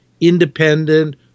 independent